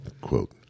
quote